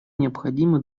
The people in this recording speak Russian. необходимо